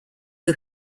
who